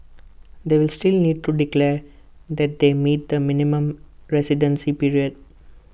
they will still need to declare that they meet the minimum residency period